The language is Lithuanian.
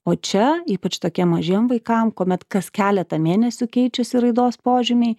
o čia ypač tokiem mažiem vaikam kuomet kas keletą mėnesių keičiasi raidos požymiai